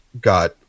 got